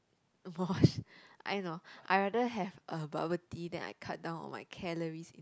I no I rather have uh bubble tea than I cut down on my calories